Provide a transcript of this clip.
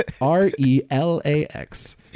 R-E-L-A-X